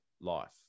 life